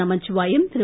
Namachivayam Thiru